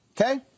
Okay